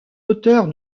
hauteur